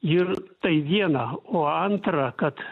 ir tai viena o antra kad